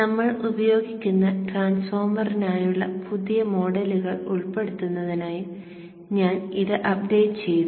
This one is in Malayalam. നമ്മൾ ഉപയോഗിക്കുന്ന ട്രാൻസ്ഫോർമറിനായുള്ള പുതിയ മോഡലുകൾ ഉൾപ്പെടുത്തുന്നതിനായി ഞാൻ ഇത് അപ്ഡേറ്റ് ചെയ്തു